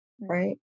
right